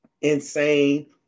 Insane